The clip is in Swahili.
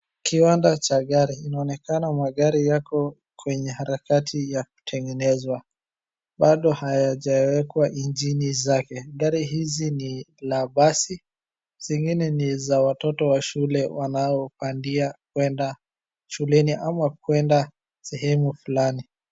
Kiwanda cha gari. Inaonekana magari yako, kwenye harakati ya kutengenezwa. Bado hayajawekwa injini zake. Gari hizi ni la basi, zingine ni za watoto wa shule wanaopandia kwenda shuleni ama kwenda sehemu fulani.